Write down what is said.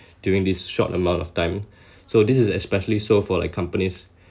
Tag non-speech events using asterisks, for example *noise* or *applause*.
during this short amount of time *breath* so this is especially so for like companies